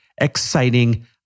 exciting